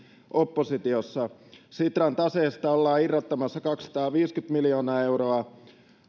oppositiossa sitran taseesta ollaan irrottamassa kaksisataaviisikymmentä miljoonaa euroa